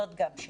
זאת גם שאלה.